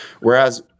Whereas